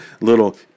little